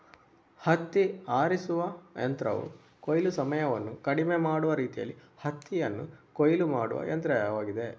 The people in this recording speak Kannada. ಹತ್ತಿ ಆರಿಸುವ ಯಂತ್ರವು ಕೊಯ್ಲು ಸಮಯವನ್ನು ಕಡಿಮೆ ಮಾಡುವ ರೀತಿಯಲ್ಲಿ ಹತ್ತಿಯನ್ನು ಕೊಯ್ಲು ಮಾಡುವ ಯಂತ್ರವಾಗಿದೆ